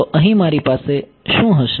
તો અહીં મારી પાસે અહી શું હશે